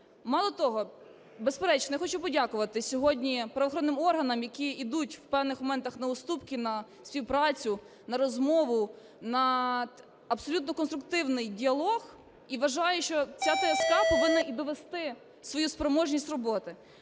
Мало того, безперечно, я хочу подякувати сьогодні правоохоронним органам, які ідуть в певних моментах на уступки, на співпрацю, на розмову, на абсолютно конструктивний діалог. І вважаю, що ця ТСК повинна і довести свою спроможність роботи.